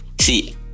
see